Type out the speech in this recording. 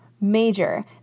major